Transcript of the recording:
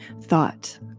thought